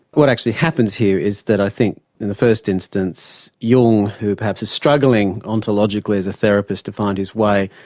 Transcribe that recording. what actually happens here is that i think in the first instance, jung, who perhaps is struggling ontologically as a therapist to find his way,